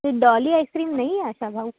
हीअ Dolly ice cream नई आहे छा भाउ